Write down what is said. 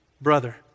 brother